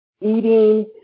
eating